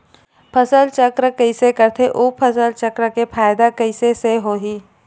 फसल चक्र कइसे करथे उ फसल चक्र के फ़ायदा कइसे से होही?